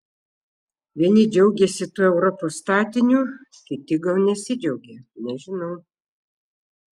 vieni džiaugiasi tuo europos statiniu kiti gal nesidžiaugia nežinau